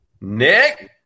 Nick